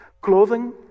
clothing